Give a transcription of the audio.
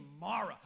mara